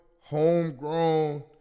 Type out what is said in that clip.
homegrown